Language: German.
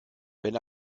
wenn